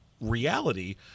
reality